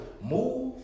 move